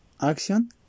action